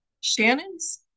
Shannon's